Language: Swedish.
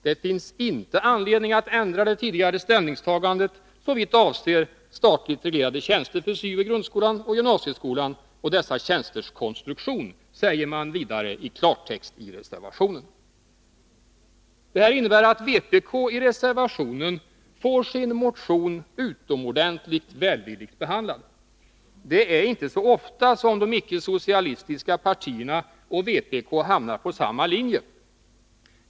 Det finns inte anledning att ändra det tidigare ställningstagandet såvitt avser statligt reglerade tjänster för syo i grundskolan och i gymnasieskolan och dessa tjänsters konstruktion, säger man vidare i klartext i reservationen. Det här innebär att vpk i reservationen får sin motion utomordentligt välvilligt behandlad. Det är inte så ofta som de icke-socialistiska partierna och vpk hamnar på samma linje.